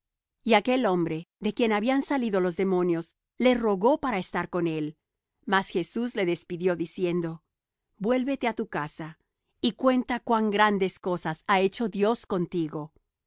y aquel hombre de quien habían salido los demonios le rogó para estar con él mas jesús le despidió diciendo vuélvete á tu casa y cuenta cuán grandes cosas ha hecho dios contigo